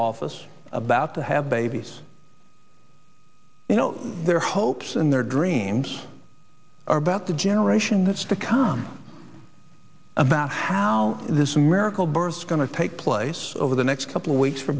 office about to have babies you know their hopes and their dreams or about the generation that's become about how this miracle births going to take place over the next couple of weeks for